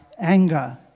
anger